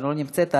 שלא נמצאת,